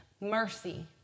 Mercy